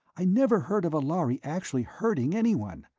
i never heard of a lhari actually hurting anyone.